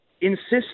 insist